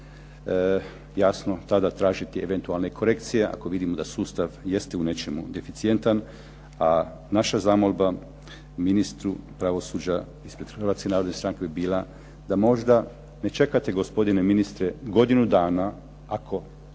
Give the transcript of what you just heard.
jasno tada tražiti eventualne korekcije, ako vidimo da sustav jeste u nečemu deficijentan. A naša zamolba ministru pravosuđa ispred Hrvatske narodne stranke bi bila da možda ne čekate gospodine ministre godinu dana ako